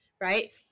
right